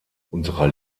unserer